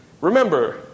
Remember